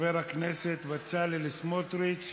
חבר הכנסת בצלאל סמוטריץ,